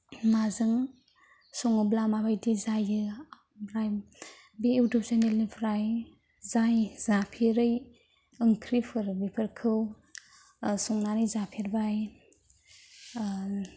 माजों सङोब्ला माबायदि जायो ओमफ्राय बे इउटुब चेनेलनिफ्राय जाय जाफेरै ओंख्रिफोर बेफोरखौ संनानै जाफेरबाय